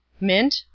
Mint